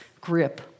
grip